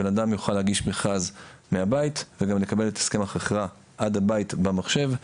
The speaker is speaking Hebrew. בן אדם יוכל להגיש מכרז מהבית וגם נקבל את הסכם החכירה עד הבית במחשב.